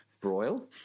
Broiled